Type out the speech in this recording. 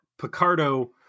Picardo